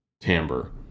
timbre